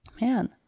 Man